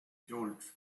told